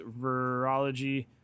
virology